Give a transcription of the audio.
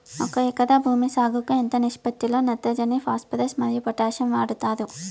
ఒక ఎకరా భూమి సాగుకు ఎంత నిష్పత్తి లో నత్రజని ఫాస్పరస్ మరియు పొటాషియం వాడుతారు